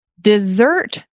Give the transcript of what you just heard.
dessert